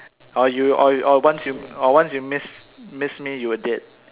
or you or or once you or once you miss miss me you're dead